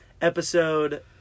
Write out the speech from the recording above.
episode